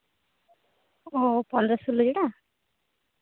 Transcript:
ᱚ ᱯᱚᱱᱨᱚ ᱥᱳᱞᱚ ᱨᱮᱱᱟᱜ